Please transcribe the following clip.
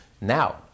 Now